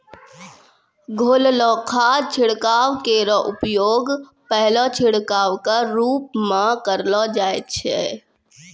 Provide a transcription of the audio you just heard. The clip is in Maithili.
घोललो खाद छिड़काव केरो उपयोग पहलो छिड़काव क रूप म करलो जाय छै